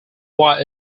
why